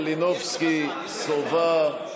קושניר, מלינובסקי, סובה.